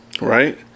right